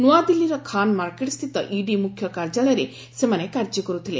ନ୍ତଆଦିଲ୍ଲୀର ଖାନ୍ ମାର୍କେଟ୍ସ୍ଥିତ ଇଡି ମୁଖ୍ୟ କାର୍ଯ୍ୟାଳୟରେ ସେମାନେ କାର୍ଯ୍ୟ କର୍ତ୍ତିଥିଲେ